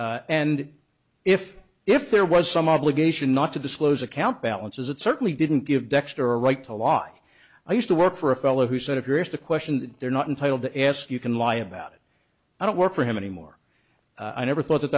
and if if there was some obligation not to disclose account balances it certainly didn't give dexter right to lie i used to work for a fellow who said if you're just a question that they're not entitled to ask you can lie about it i don't work for him anymore i never thought